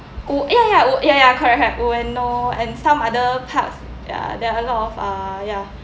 oh ya ya ya ya correct correct ueno and some other parts ya there are a lot of ah ya